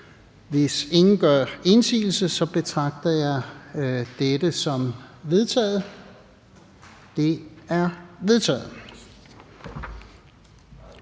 Hvis ingen gør indsigelse, betragter jeg det som vedtaget. Det er vedtaget.